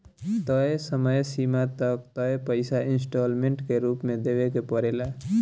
तय समय सीमा तक तय पइसा इंस्टॉलमेंट के रूप में देवे के पड़ेला